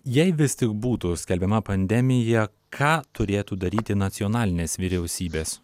jei vis tik būtų skelbiama pandemija ką turėtų daryti nacionalinės vyriausybės